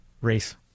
race